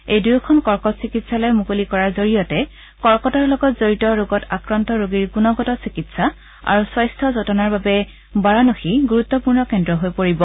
এই দুয়োখন কৰ্কট চিকিৎসালয় মুকলি কৰাৰ জৰিয়তে কৰ্কটৰ লগত জৰিত ৰোগত আক্ৰান্ত ৰোগীৰ গুণগত চিকিৎসা আৰু স্বাস্থ্য যতনৰ বাবে বাৰানসী গুৰুত্তপূৰ্ণ কেন্দ্ৰ হৈ পৰিব